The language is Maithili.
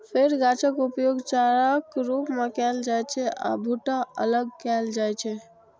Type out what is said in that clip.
फेर गाछक उपयोग चाराक रूप मे कैल जाइ छै आ भुट्टा अलग कैल जाइ छै